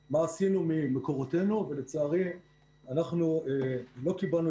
מה עשינו ממקורותינו ולצערי אנחנו לא קיבלנו